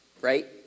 right